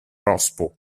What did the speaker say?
rospo